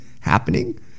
happening